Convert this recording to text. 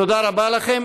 תודה רבה לכם.